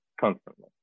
constantly